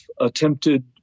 attempted